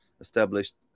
established